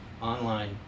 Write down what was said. online